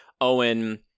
Owen